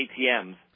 ATMs